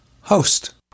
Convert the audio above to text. host